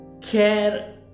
care